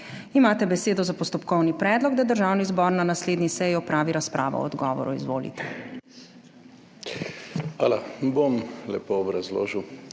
Imate besedo za postopkovni predlog, da Državni zbor na naslednji seji opravi razpravo o odgovoru. Izvolite. **MAG. BRANKO GRIMS